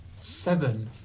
seven